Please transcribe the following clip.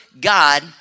God